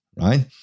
right